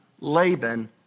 Laban